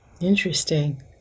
interesting